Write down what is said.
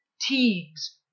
teagues